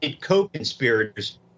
co-conspirators